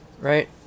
right